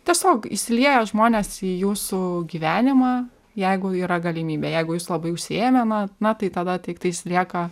tiesiog įsiliejo žmonės į jūsų gyvenimą jeigu yra galimybė jeigu jūs labai užsiėmę na na tai tada tiktais lieka